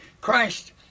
Christ